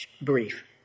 brief